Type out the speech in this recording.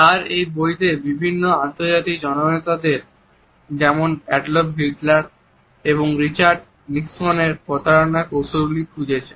তার এই বইতে বিভিন্ন আন্তর্জাতিক জননেতাদের যেমন এডলফ হিটলার এবং রিচার্ড নিক্সনের প্রতারণার কৌশলগুলি খুঁজেছেন